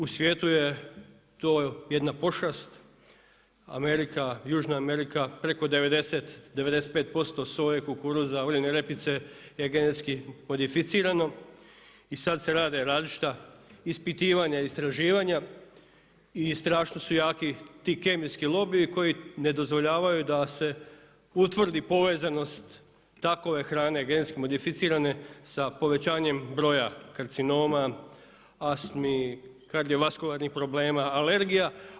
U svijetu je to jedna pošast, Amerika, Južna Amerika preko 90, 95% soje, kukuruza, uljane repice je genetski modificirano i sada se rade različita ispitivanja, istraživanja i strašno su jaki ti kemijski lobiji koji ne dozvoljavaju da se utvrdi povezanost takove hrane genetski modificirane sa povećanjem broja karcinoma, astmi, kardiovaskularnih problema, alergija.